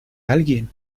alguien